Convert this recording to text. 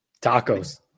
tacos